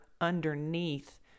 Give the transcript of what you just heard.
underneath